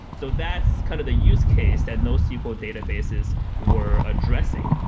so that's kind of the use case that nosql databases were addressing.